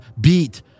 beat